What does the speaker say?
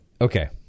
Okay